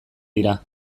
dira